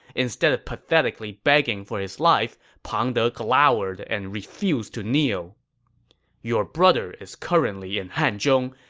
instead of pathetically begging for his life, pang de glowered and refused to kneel your brother is currently in hanzhong,